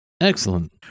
Excellent